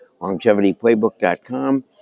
LongevityPlaybook.com